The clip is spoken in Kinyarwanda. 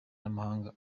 n’amahanga